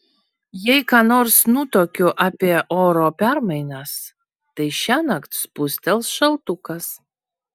jei ką nors nutuokiu apie oro permainas tai šiąnakt spustels šaltukas